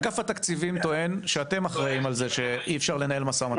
אגף התקציבים טוען שאם אחראי על זה שאי אפשר לנהל משא ומתן.